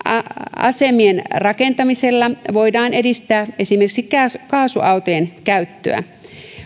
asemien rakentamisella voidaan edistää esimerkiksi kaasuautojen käyttöä